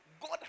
God